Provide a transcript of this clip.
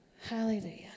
Hallelujah